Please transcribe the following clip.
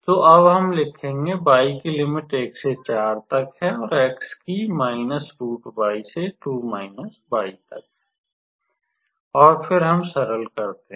तो अब हम लिखेंगे y की लिमिट 1 से 4 तक है और x की से 2 y है और फिर हम सरल करते हैं